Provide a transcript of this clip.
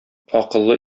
акыллы